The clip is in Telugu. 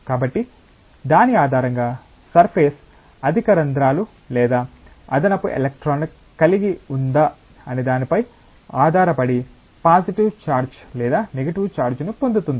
కాబట్టి దాని ఆధారంగా సర్ఫేస్ అధిక రంధ్రాలు లేదా అదనపు ఎలక్ట్రాన్లను కలిగి ఉందా అనే దానిపై ఆధారపడి పాజిటివ్ చార్జ్ లేదా నెగటివ్ చార్జ్ను పొందుతుంది